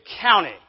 county